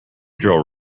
drill